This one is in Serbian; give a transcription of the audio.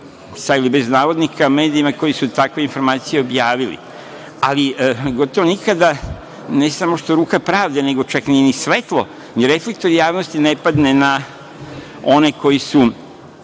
sa ili bez navodnika, medijima koji su takve informacije objavili. Ali, gotovo nikada, ne samo što ruka pravde, nego čak ni svetlo, ni reflektor javnosti ne padne na one koji su